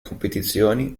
competizioni